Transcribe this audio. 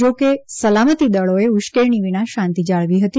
જા કે સલામતિદલોએ ઉશ્કેરણી વિના શાંતિ જાળવી હતી